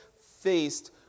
faced